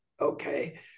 Okay